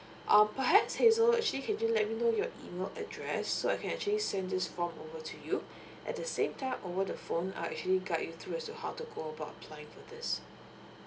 uh perhaps hazel actually can you just let me know your email address so I can actually send this form over to you at the same time over the phone I actually guide you through as to how to go about applying for this